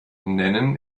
nennen